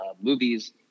movies